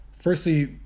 Firstly